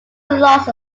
lost